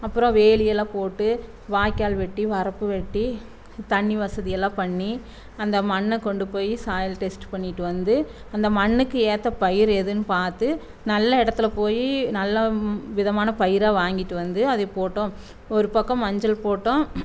அப்பறம் வேலியெல்லாம் போட்டு வாய்க்கால் வெட்டி வரப்பு வெட்டி தண்ணி வசதியெல்லாம் பண்ணி அந்த மண்ணை கொண்டு போய் சாயில் டெஸ்ட் பண்ணிட்டு வந்து அந்த மண்ணுக்கு ஏற்ற பயிர் எதுன்னு பார்த்து நல்ல இடத்துல போய் நல்ல விதமான பயிராக வாங்கிட்டு வந்து அதை போட்டோம் ஒரு பக்கம் மஞ்சள் போட்டோம்